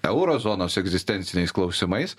euro zonos egzistenciniais klausimais